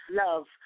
love